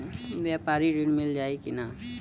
व्यापारी ऋण मिल जाई कि ना?